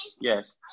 yes